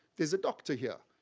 there's a doctor here.